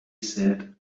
sat